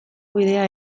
bidea